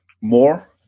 more